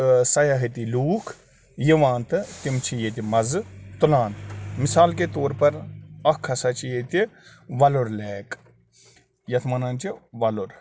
سیاحتی لوٗکھ یِوان تہٕ تِم چھِ ییٚتہِ مَزٕ تُلان مِثال کے طور پَر اکھ ہسا چھِ ییٚتہِ وَلُر لیک یَتھ وَنان چھِ وَلُر